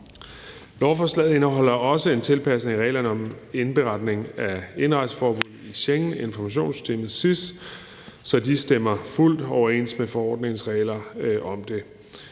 Lovforslaget indeholder også en tilpasning af reglerne om indberetning af indrejseforbud i Schengeninformationssystemet SIS, så de stemmer fuldt ud overens med forordningens regler om det.